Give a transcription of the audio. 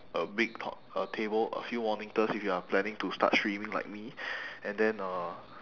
a big to~ a table a few monitors if you are planning to start streaming like me and then uh